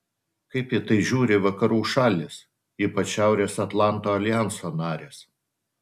kaip į tai žiūri vakarų šalys ypač šiaurės atlanto aljanso narės